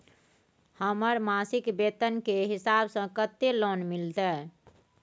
हमर मासिक वेतन के हिसाब स कत्ते लोन मिलते?